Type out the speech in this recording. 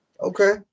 Okay